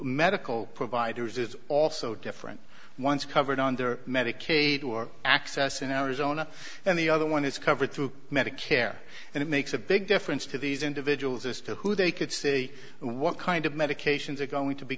medical providers is also different once covered under medicaid or access in arizona and the other one is covered through medicare and it makes a big difference to these individuals as to who they could say what kind of medications are going to be